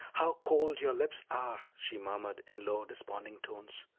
how cold your lips are! she murmured, in low, desponding tones.